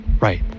right